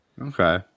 Okay